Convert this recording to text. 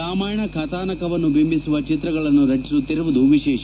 ರಾಮಾಯಣ ಕಥಾನಕವನ್ನು ಬಿಂಬಿಸುವ ಚಿತ್ರಗಳನ್ನು ರಚಿಸುತ್ತಿರುವುದು ವಿಶೇಷ